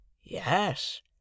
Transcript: Yes